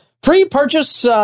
Pre-purchase